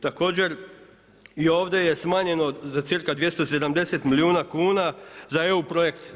Također i ovdje je smanjeno za cca. 270 milijuna kuna za eu projekte.